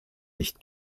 nicht